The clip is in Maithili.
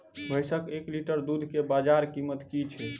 भैंसक एक लीटर दुध केँ बजार कीमत की छै?